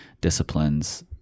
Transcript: disciplines